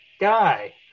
guy